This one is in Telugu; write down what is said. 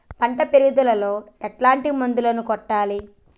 పంట పెరుగుదలలో ఎట్లాంటి మందులను కొట్టాలి?